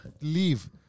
Leave